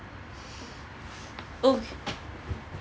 oh